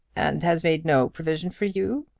and has made no provision for you?